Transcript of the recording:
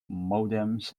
modems